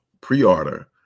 pre-order